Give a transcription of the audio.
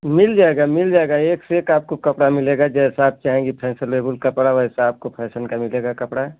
मिल जायेगा मिल जायेगा एक से एक आपको कपड़ा मिलेगा जैसा आप चाहेंगी फैशन लेवल का थोड़ा वैसा आपको फैशन का मिलेगा कपड़ा